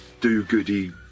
do-goody